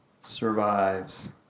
survives